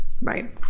Right